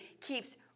keeps